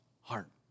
heart